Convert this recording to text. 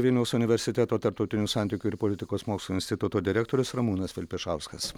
vilniaus universiteto tarptautinių santykių ir politikos mokslų instituto direktorius ramūnas vilpišauskas